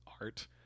art